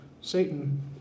Satan